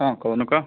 ହଁ କହୁନୁ କହ